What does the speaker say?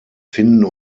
finden